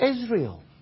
Israel